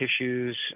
tissues